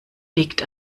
liegt